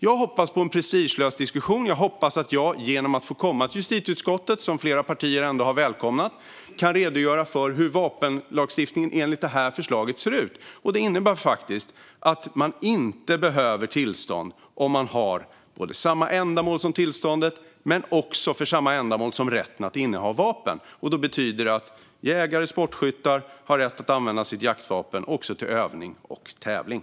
Jag hoppas på en prestigelös diskussion. Jag hoppas att jag genom att få komma till justitieutskottet, vilket flera partier ändå har välkomnat, kan redogöra för hur vapenlagstiftningen enligt förslaget ska se ut. Förslaget innebär att man inte behöver tillstånd om det är samma ändamål som tillståndet och som rätten att inneha vapen. Det betyder att jägare och sportskyttar har rätt att använda sitt jaktvapen också till övning och tävling.